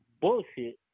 bullshit